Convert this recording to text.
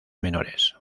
menores